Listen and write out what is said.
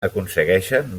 aconsegueixen